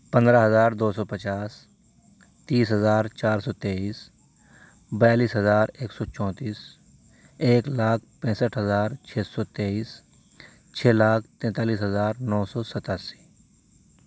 پندرہ ہزار دو سو پچاس تیس ہزار چار سو تیئیس بیالیس ہزار ایک سو چونتیس ایک لاکھ پینسٹھ ہزار چھ سو تیئیس چھ لاکھ تینتالیس ہزار نو سو ستاسی